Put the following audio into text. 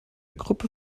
gruppe